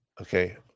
okay